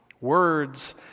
Words